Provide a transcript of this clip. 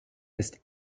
ist